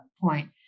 point